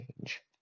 change